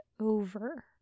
over